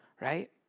right